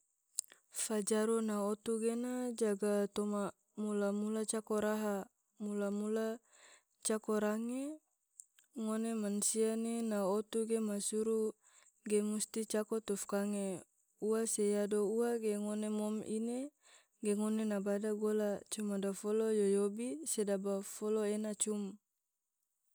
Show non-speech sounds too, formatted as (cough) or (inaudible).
(noise) fajaru na otu gena jaga toma mula-mula cako raha, mula-mula cako range, ngone mansia ne na otu ge masuru ge musti cako tufkange, ua se yado ua ge ngone mom ine ge ngone na bada gola coma dofolo yo yobi sedaba folo ena cum. (noise)